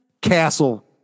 Castle